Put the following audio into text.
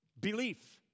Belief